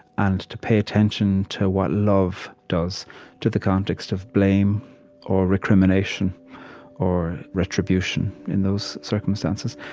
and to pay attention to what love does to the context of blame or recrimination or retribution in those circumstances?